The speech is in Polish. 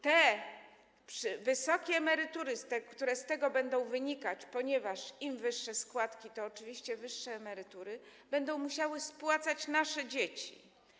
Te wysokie emerytury, które z tego będą wynikać, ponieważ im wyższe składki, tym oczywiście wyższe emerytury, będą musiały spłacać nasze dzieci.